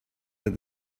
that